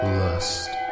lust